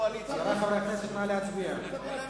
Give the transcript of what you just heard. חברי הכנסת, נא להצביע.